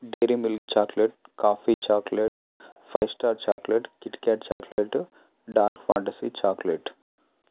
dairy milk chocolate coffee chocolate five star chocolate KitKat chocolate dark fantasy chocolate